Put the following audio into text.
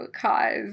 cause